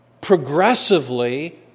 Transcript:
progressively